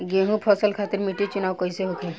गेंहू फसल खातिर मिट्टी चुनाव कईसे होखे?